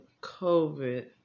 COVID